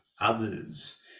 others